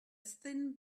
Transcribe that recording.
thin